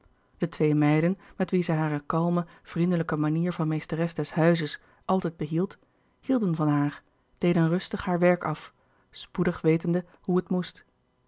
de twee meiden met wie zij hare kalme vriendelijke manier van meesteres des huizes altijd behield hielden van haar deden rustig haar werk af spoedig wetende hoe het moest